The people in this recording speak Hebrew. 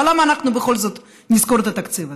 אבל למה אנחנו בכל זאת נזכור את התקציב הזה?